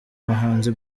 muhanzi